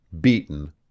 beaten